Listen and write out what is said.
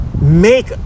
make